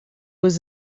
was